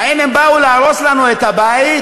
האם הם באו להרוס לנו את הבית?